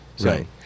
right